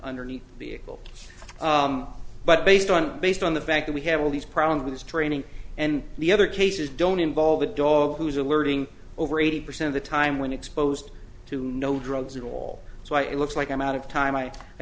underneath the vehicle but based on based on the fact that we have all these problems with this training and the other cases don't involve the dog who's alerting over eighty percent of the time when exposed to no drugs at all so it looks like i'm out of time i